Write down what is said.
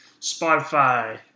Spotify